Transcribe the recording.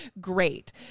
great